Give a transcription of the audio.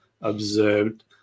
observed